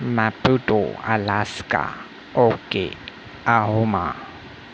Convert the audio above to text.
Maputo Alaska okay आहोमा